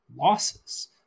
losses